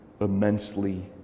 immensely